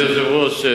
אדוני היושב-ראש,